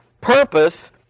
purpose